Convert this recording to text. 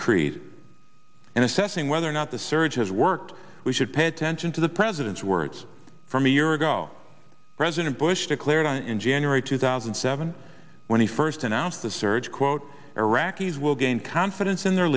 creed and assessing whether or not the surge has worked we should pay attention to the president's words from a year ago president bush declared on in january two thousand and seven when he first announced the surge quote iraqis will gain confidence in their